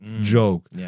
joke